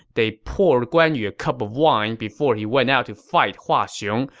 they poured guan yu a cup of wine before he went out to fight hua xiong,